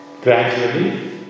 gradually